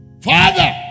Father